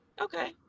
okay